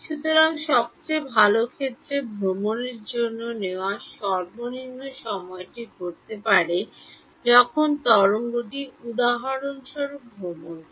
সুতরাং সবচেয়ে ভাল ক্ষেত্রে ভ্রমণের জন্য নেওয়া সর্বনিম্ন সময়টি ঘটতে পারে যখন তরঙ্গটি উদাহরণস্বরূপ ভ্রমণ করে